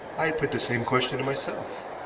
i had put the same question to myself.